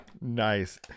Nice